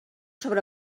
sobre